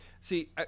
see